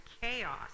chaos